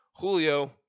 julio